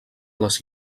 les